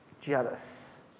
jealous